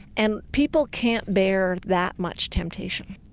and people can't bear that much temptation.